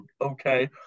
okay